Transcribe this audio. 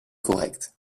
correcte